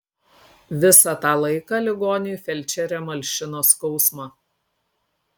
visą tą laiką ligoniui felčerė malšino skausmą